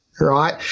Right